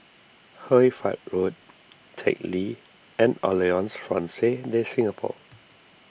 Hoy Fatt Road Teck Lee and Alliance Francaise De Singapour